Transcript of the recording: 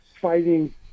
fighting